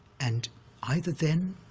and either then,